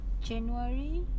January